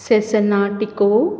सेसनाटीको